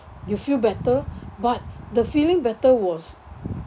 you feel better but the feeling better was